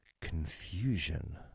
confusion